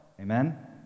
Amen